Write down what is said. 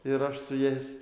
ir aš su jais